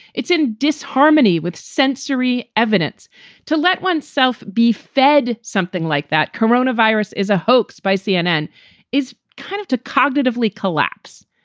it's in disharmony with sensory evidence to let oneself be fed something like that corona virus is a hoax by cnn is kind of to cognitively collapse.